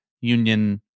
Union